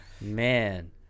Man